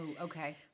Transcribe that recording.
okay